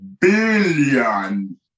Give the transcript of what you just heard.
billion